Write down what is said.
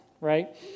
right